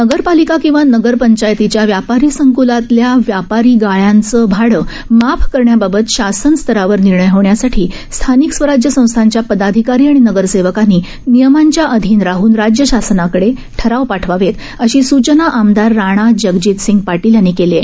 गरपालिका किंवा नगरपंचायतीच्या व्यापारी संकलातल्या व्यापारी गाळ्यांचं भाडं माफ करण्याबाबत शासन स्तरावर निर्णय होण्यासाठी स्थानिक स्वराज्य संस्थांच्या पदाधिकारी आणि नगरसेवकांनी नियमांच्या अधीन राहन राज्यशासनाकडे ठराव पाठवावेत अशी सूचना आमदार राणा जगजीतसिंह पाटील यांनी केली आहे